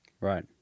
Right